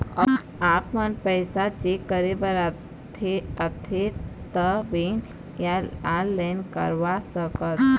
आपमन पैसा चेक करे बार आथे ता बैंक या ऑनलाइन करवा सकत?